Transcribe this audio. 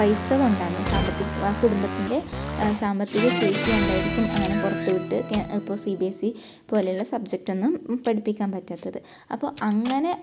പൈസ കൊണ്ടാന്ന് സാമ്പത്തികം ആ കുടുംബത്തിൻ്റെ സാമ്പത്തികശേഷി കൊണ്ടായിരിക്കും അങ്ങനെ പുറത്ത് വിട്ട് ഇപ്പം സി ബി എസ് സി പോലുള്ള സബ്ജക്റ്റൊന്നും പഠിപ്പിക്കാൻ പറ്റാത്തത് അപ്പോൾ അങ്ങനെ